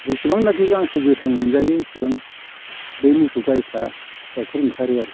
जेसेबांनाखि गांसो मोथां मोनजायो इसेबां बे मोसौ गायफ्रा गाइखेर ओंखारो आरो